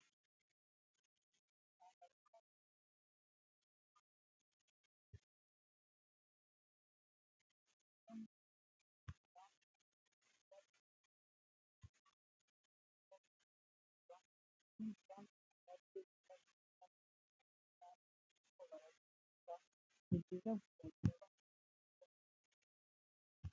Usanga abahanga mu by'ikoranabuhanga bahanga ibintu bitandukanye harimo ibikinisho by'abana, bimwe muri byo usanga babibyinisha mu ndirimbo z'abana bigatuma bakunda kuzireba ikindi kandi usanga ari byo bifashisha banyuzamo amasomo y'abana kuko barabikunda, ni byiza gushakira abana bacu ibibafasha kwiga kandi vuba.